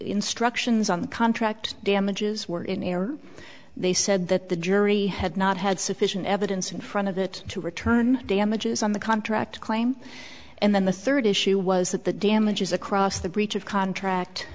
instructions on the contract damages were in error they said that the jury had not had sufficient evidence in front of it to return damages on the contract claim and then the third issue was that the damages across the breach of contract